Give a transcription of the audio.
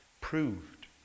proved